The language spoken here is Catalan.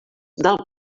del